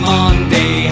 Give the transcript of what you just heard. Monday